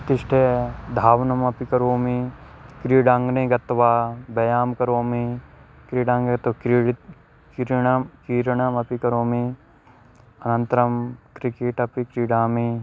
उत्थाय धावनम् अपि करोमि क्रीडाङ्गणे गत्वा व्यायामं करोमि क्रीडाङ्ग्णे तु क्रीडा क्रीडनं क्रीडनम् अपि करोमि अनन्तरं क्रिकेट् अपि क्रीडामि